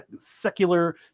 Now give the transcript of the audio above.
Secular